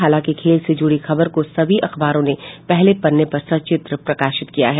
हालांकि खेल से जूड़ी खबर को सभी अखबारों ने पहले पन्ने पर सचित्र प्रकाशित किया है